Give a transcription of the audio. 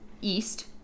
east